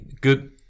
Good